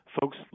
Folks